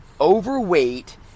overweight